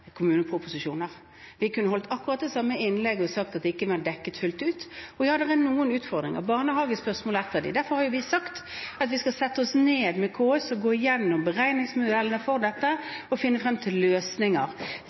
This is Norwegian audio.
Vi kunne holdt akkurat det samme innlegget og sagt at man ikke dekket det fullt ut. Ja, det er noen utfordringer. Barnehagespørsmålet er en av dem. Derfor har vi sagt at vi skal sette oss ned med KS, gå gjennom beregningsmodellene for